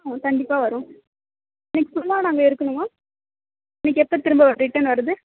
ஓ கண்டிப்பாக வரோம் இன்னக்கு ஃபுல்லாக நாங்கள் இருக்கணுமா இன்னக்கு எப்போ திரும்ப ரிட்டர்ன் வரது